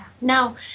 now